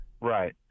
Right